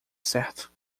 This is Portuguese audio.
certo